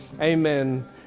Amen